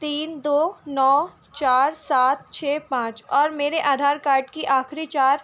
تین دو نو چار سات چھ پانچ اور میرے آدھار کارڈ کی آخری چار